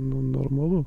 nu normalu